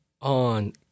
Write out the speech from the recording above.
on